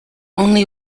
only